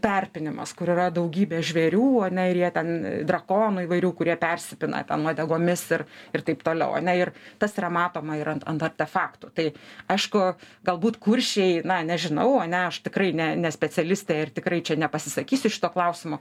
perpynimas kur yra daugybė žvėrių ane ir jie ten drakonų įvairių kurie persipina ten uodegomis ir ir taip toliau ane ir tas yra matoma ir ant ant artefaktų tai aišku galbūt kuršiai na nežinau ane aš tikrai ne ne specialistė ir tikrai čia nepasisakysiu šituo klausimu